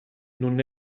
non